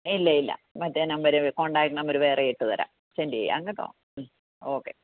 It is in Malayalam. ഇല്ല ഇല്ല മറ്റേ നമ്പര് കോൺടാക്ട് നമ്പര് വേറെ ഇട്ടു തരാം സെൻഡ് ചെയ്യാം കേട്ടോ മ്മ് ഓക്കേ